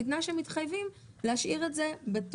בתנאי שהם מתחייבים להשאיר את זה בבית